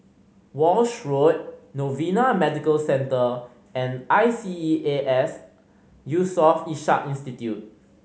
Walshe Road Novena Medical Centre and I S E A S Yusof Ishak Institute